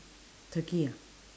turkey ah